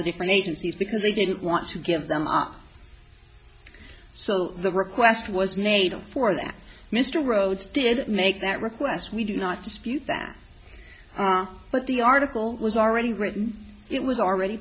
the different agencies because they didn't want to give them up so the request was made for that mr rhodes did make that request we do not dispute that but the article was already written it was already